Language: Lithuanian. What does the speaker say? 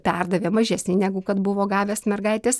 perdavė mažesnį negu kad buvo gavęs mergaitės